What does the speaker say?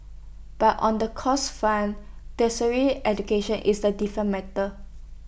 but on the costs front tertiary education is A different matter